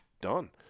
done